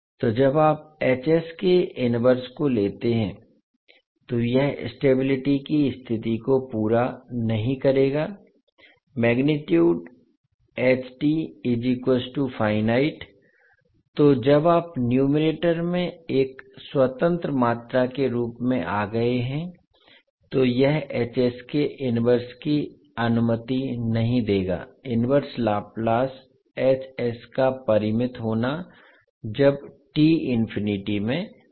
तो जब आप के इनवर्स को लेते हैं तो यह स्टेबिलिटी की स्थिति को पूरा नहीं करेगा तो जब आप न्यूमेरेटर में एक स्वतंत्र मात्रा के रूप में आ गए हैं तो यह के इनवर्स की अनुमति नहीं देगा इनवर्स लाप्लास का परिमित होना जब t इन्फिनिटी में जाता है